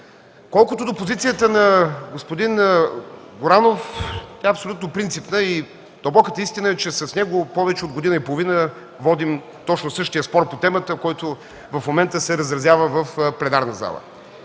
Колкото до позицията на господин Горанов, тя е абсолютно принципна. Дълбоката истина е, че с него повече от година и половина водим точно същия спор по темата, който в момента се разразява и в пленарната зала.